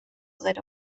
gero